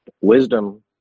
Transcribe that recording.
wisdom